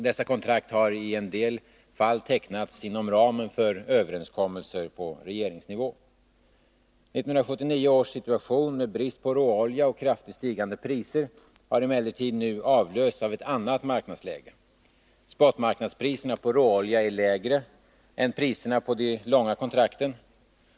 Dessa kontrakt har i en del fall tecknats inom ramen för överenskommelser på regeringsnivå. 1979 års situation, med brist på råolja och kraftigt stigande priser, har emellertid nu avlösts av ett annat marknadsläge. Spotmarknadspriserna på råolja är lägre än priserna när det gäller de långa kontrakten.